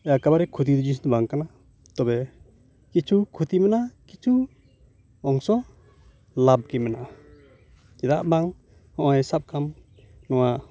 ᱮᱠᱮᱵᱟᱨᱮ ᱠᱷᱚᱛᱤ ᱡᱤᱱᱤᱥ ᱫᱚ ᱵᱟᱝ ᱠᱟᱱᱟ ᱛᱚᱵᱮ ᱠᱤᱪᱷᱩ ᱠᱷᱚᱛᱤ ᱢᱤᱱᱟᱜᱼᱟ ᱠᱤᱪᱷᱩ ᱚᱝᱥᱚ ᱞᱟᱵᱽ ᱜᱤ ᱢᱤᱱᱟᱜᱼᱟ ᱪᱮᱫᱟ ᱵᱟᱝ ᱱᱚᱜᱚᱭ ᱥᱟᱵ ᱠᱟᱢ ᱱᱚᱣᱟ